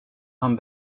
han